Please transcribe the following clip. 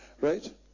right